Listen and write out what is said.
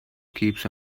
keeps